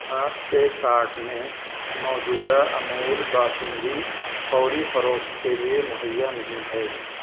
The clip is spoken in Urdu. آپ کے کارٹ میں موجودہ امول باسندی فوری فروخت کے لیے مہیا نہیں ہے